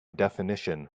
definition